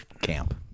camp